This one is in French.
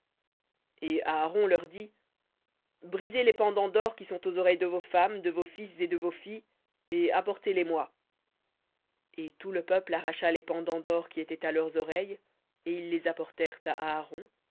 et aaron leur dit brisez les pendants d'or qui sont aux oreilles de vos femmes de vos fils et de vos filles et apportez les moi et tout le peuple arracha les pendants d'or qui étaient à leurs oreilles et ils les apportèrent à aaron